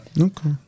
Okay